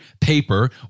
paper